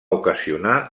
ocasionar